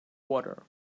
water